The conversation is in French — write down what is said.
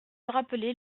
rappelait